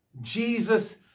Jesus